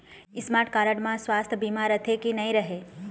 Smart card म सुवास्थ बीमा रथे की नई रहे?